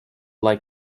like